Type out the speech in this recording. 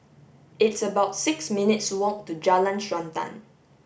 it's about six minutes' walk to Jalan Srantan